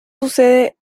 sucede